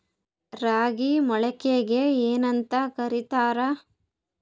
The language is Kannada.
ರಾಗಿ ಮೊಳಕೆಗೆ ಏನ್ಯಾಂತ ಕರಿತಾರ?